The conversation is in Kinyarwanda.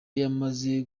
yamaze